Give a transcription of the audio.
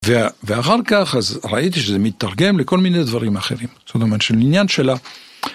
ואחר כך ראיתי שזה מתרגם לכל מיני דברים אחרים, זאת אומרת של עניין שלה.